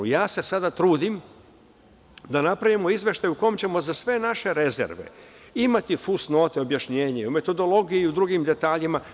Ja se sada trudim da napravimo izveštaj u kojem ćemo za sve naše rezerve imati fusnote, objašnjenje, metodologiju i u drugim detaljima.